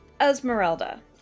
Esmeralda